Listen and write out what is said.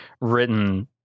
written